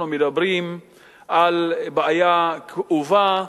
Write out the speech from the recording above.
אנחנו מדברים על בעיה כאובה,